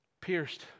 pierced